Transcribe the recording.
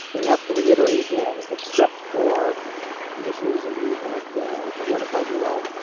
they have to reiterate again, except for the issues that we had notified you of,